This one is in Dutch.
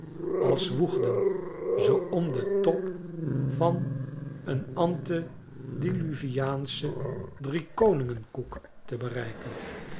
als zwoegden ze om den top van eenantediluviaanschen driekoningen koek te bereiken